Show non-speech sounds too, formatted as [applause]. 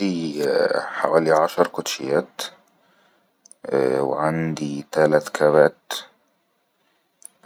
ءءءعندي تقريبن عشر كوتشات ءءء [hesitation] وعندي تلات كابات